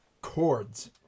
chords